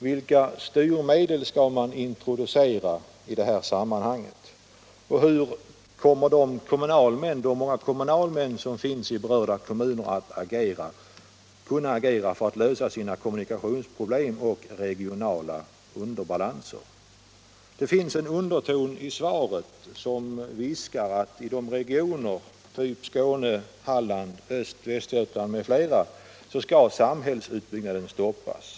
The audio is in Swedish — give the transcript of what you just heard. Vilka styrmedel skall man introducera i detta sammanhang och hur kommer de många kommunalmän som finns i berörda kommuner att kunna agera för att lösa t.ex. sina kommunikationsproblem och problem med regionala obalanser? Det finns en underton i svaret som viskar att i delar av Skåne, Halland, Östergötland och Västergötland m.fl. skall samhällsutvecklingen stoppas.